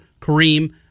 Kareem